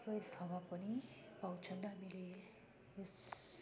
fresh हावा पनि पाउँछ हामीले यस